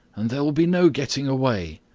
and there will be no getting away.